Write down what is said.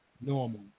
normal